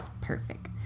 perfect